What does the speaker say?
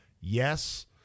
Yes